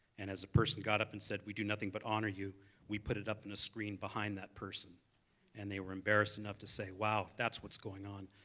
and as a person got up and said we do nothing but honor you we put it up in a screen behind that person and they were embarrassed enough to say wow, that's what's going on.